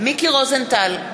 מיקי רוזנטל,